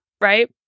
Right